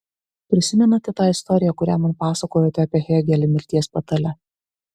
prisimenate tą istoriją kurią man pasakojote apie hėgelį mirties patale